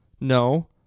No